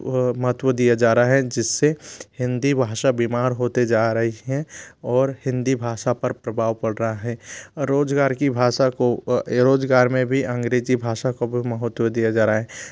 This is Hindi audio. महत्व दिया जा रहा है जिससे हिन्दी भाषा बीमार होते जा रही है और हिन्दी भाषा पर प्रभाव पड़ रहा है रोजगार की भाषा को रोजगार में भी अंग्रेजी भाषा को भी महत्त्व दिया जा रहा है